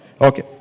Okay